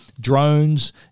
drones